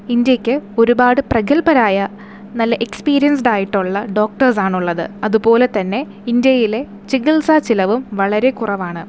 ഇന്ത്യയ്ക്ക് ഒരുപാട് പ്രഗത്ഭരായ നല്ല എക്സ്പീരിയൻസ്ഡായിട്ടുള്ള ഡോക്ടേഴ്സാണ് ഉള്ളത് അതുപോലെതന്നെ ഇന്ത്യയിലെ ചികിത്സ ചിലവും വളരെ കുറവാണ്